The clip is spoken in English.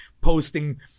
posting